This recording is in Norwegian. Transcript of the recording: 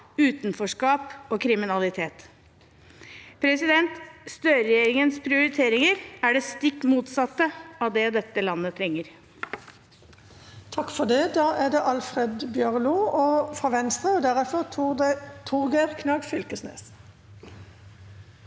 utenforskap og kriminalitet. Støre-regjeringens prioriteringer er det stikk motsatte av det dette landet trenger.